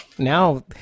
Now